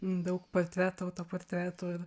daug portretų autoportretų ir